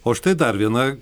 o štai dar viena